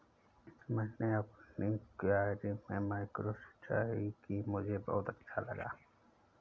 मैंने अपनी क्यारी में माइक्रो सिंचाई की मुझे बहुत अच्छा लगा